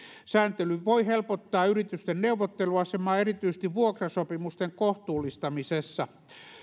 sääntely voi helpottaa yritysten neuvotteluasemaa erityisesti vuokrasopimusten kohtuullistamisessa